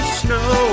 snow